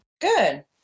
Good